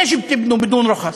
למה אתם בונים בלי רישיון?